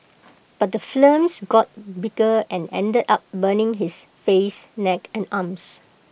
but the flames got bigger and ended up burning his face neck and arms